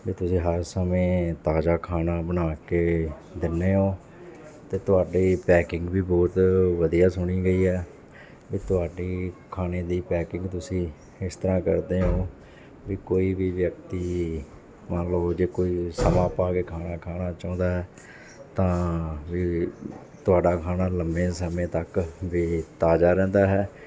ਵੀ ਤੁਸੀਂ ਹਰ ਸਮੇਂ ਤਾਜ਼ਾ ਖਾਣਾ ਬਣਾ ਕੇ ਦਿੰਦੇ ਹੋ ਅਤੇ ਤੁਹਾਡੀ ਪੈਕਿੰਗ ਵੀ ਬਹੁਤ ਵਧੀਆ ਸੁਣੀ ਗਈ ਹੈ ਵੀ ਤੁਹਾਡੀ ਖਾਣੇ ਦੀ ਪੈਕਿੰਗ ਤੁਸੀਂ ਇਸ ਤਰ੍ਹਾਂ ਕਰਦੇ ਹੋ ਵੀ ਕੋਈ ਵੀ ਵਿਅਕਤੀ ਮੰਨ ਲਓ ਜੇ ਕੋਈ ਸਮਾਂ ਪਾ ਕੇ ਖਾਣਾ ਖਾਣਾ ਚਾਹੁੰਦਾ ਤਾਂ ਵੀ ਤੁਹਾਡਾ ਖਾਣਾ ਲੰਬੇ ਸਮੇਂ ਤੱਕ ਵੀ ਤਾਜ਼ਾ ਰਹਿੰਦਾ ਹੈ